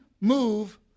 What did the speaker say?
move